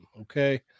okay